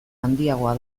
handiagoa